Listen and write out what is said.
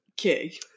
okay